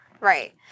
Right